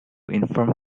inform